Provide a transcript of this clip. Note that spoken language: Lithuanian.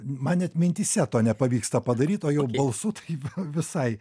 man net mintyse to nepavyksta padaryt o jau balsu taip visai